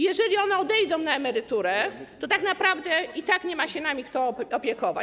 Jeżeli one odejdą na emeryturę, to tak naprawdę i tak nie ma się nami kto opiekować.